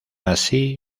así